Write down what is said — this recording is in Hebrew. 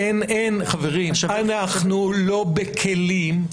חברים, אנחנו לא בכלים,